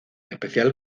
especial